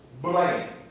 Blame